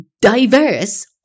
diverse